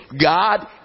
God